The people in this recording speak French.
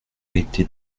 été